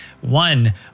one